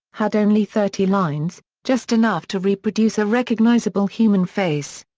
had only thirty lines, just enough to reproduce a recognizable human face.